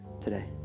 today